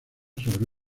sobre